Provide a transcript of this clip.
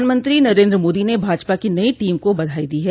प्रधानमंत्री नरेन्द्र मोदी ने भाजपा की नई टीम को बधाई दी है